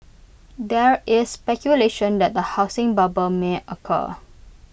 there is speculation that the housing bubble may occur